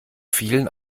vielen